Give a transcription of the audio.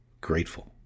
Grateful